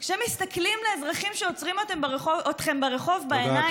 כשאתם מסתכלים על אזרחים שעוצרים אתכם ברחוב בעיניים,